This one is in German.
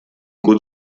gut